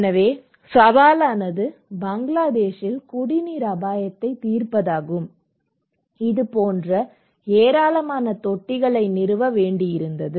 எனவே சவாலானது பங்களாதேஷில் குடிநீர் அபாயத்தை தீர்ப்பதாகும் எனவே இதுபோன்ற ஏராளமான தொட்டிகளை நிறுவ வேண்டியிருந்தது